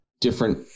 different